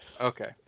Okay